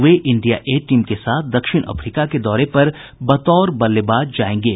way India A team के साथ दक्षिण अफ्रिका के दौरे पर बतौर बल्लेबाज जायेंगे